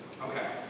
Okay